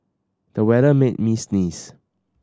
the weather made me sneeze